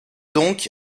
donc